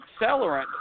accelerant